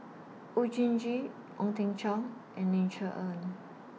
Oon Jin Gee Ong Teng Cheong and Ling Cher Eng